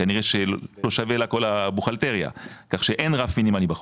כנראה שלא שווה לה כל ה -- כך שאין רף מינימלי בחוק.